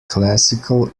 classical